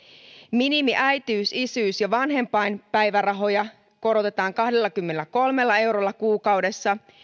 minimiäitiys isyys ja vanhempainpäivärahoja korotetaan kahdellakymmenelläkolmella eurolla kuukaudessa